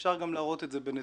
אפשר גם להראות את זה בנתונים.